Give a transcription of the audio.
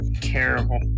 Terrible